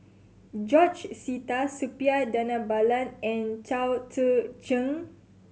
George Sita Suppiah Dhanabalan and Chao Tzee Cheng